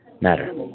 Matter